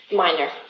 minor